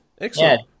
Excellent